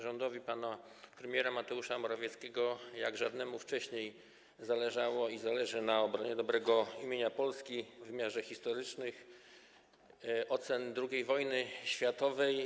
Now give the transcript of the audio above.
Rządowi pana premiera Mateusza Morawieckiego, jak żadnemu wcześniej, zależało i zależy na obronie dobrego imienia Polski w wymiarze historycznych ocen II wojny światowej.